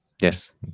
yes